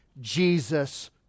Jesus